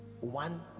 one